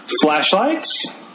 flashlights